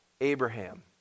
Abraham